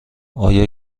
آیا